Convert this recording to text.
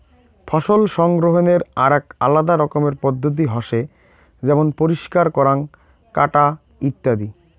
ফসল সংগ্রহনের আরাক আলাদা রকমের পদ্ধতি হসে যেমন পরিষ্কার করাঙ, কাটা ইত্যাদি